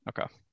Okay